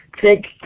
take